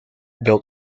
built